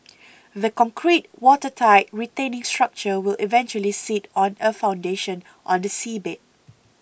the concrete watertight retaining structure will eventually sit on a foundation on the seabed